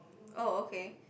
oh okay